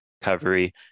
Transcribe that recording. recovery